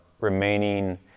remaining